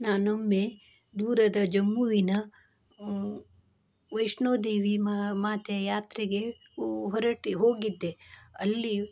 ನಾನೊಮ್ಮೆ ದೂರದ ಜಮ್ಮುವಿನ ವೈಷ್ಣೋದೇವಿ ಮಾ ಮಾತೆ ಯಾತ್ರೆಗೆ ಹೊ ಹೊರಟು ಹೋಗಿದ್ದೆ ಅಲ್ಲಿ